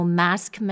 mask